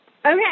Okay